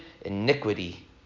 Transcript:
iniquity